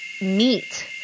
meet